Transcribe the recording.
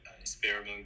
experiment